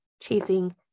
chasing